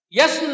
yes